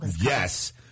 Yes